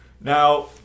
Now